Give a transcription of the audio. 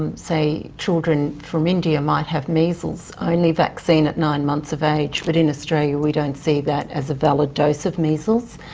and say, children from india might have measles. only vaccine at nine months of age, but in australia we don't see that as a valid dose of measles,